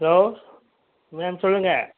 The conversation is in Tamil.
ஹலோ மேம் சொல்லுங்கள்